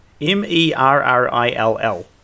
M-E-R-R-I-L-L